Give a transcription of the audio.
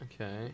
Okay